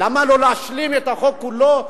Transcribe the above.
למה לא להשלים את החוק כולו,